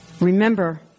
Remember